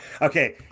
Okay